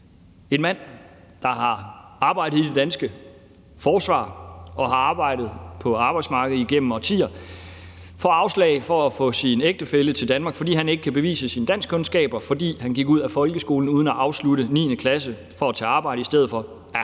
en mand, der har arbejdet i det danske forsvar og har været på arbejdsmarkedet gennem årtier, får afslag på at få sin ægtefælle til Danmark, fordi han ikke kan bevise sine danskkundskaber, da han gik ud af folkeskolen uden at afslutte 9. klasse for at arbejde i stedet for,